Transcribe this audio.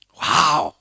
wow